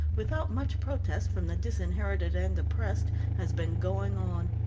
without much protest from the disinherited and oppressed, has been going on.